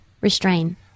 restrain